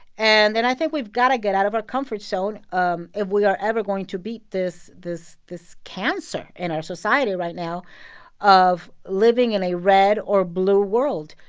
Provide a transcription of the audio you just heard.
and then i think we've got to get out of our comfort zone um if we are ever going to beat this this cancer in our society right now of living in a red or blue world.